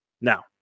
Now